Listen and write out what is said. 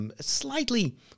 slightly